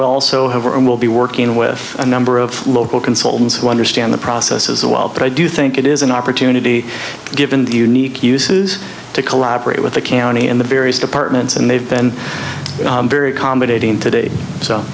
we also have are and will be working with a number of local consultants who understand the process as well but i do think it is an opportunity given the unique uses to collaborate with the county and the various departments and they've been very accommodating today so